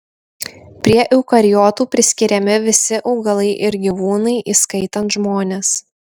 prie eukariotų priskiriami visi augalai ir gyvūnai įskaitant žmones